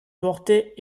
portait